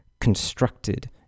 constructed